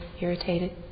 irritated